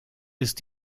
ist